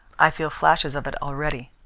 i feel flashes of it already.